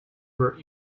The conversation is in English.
were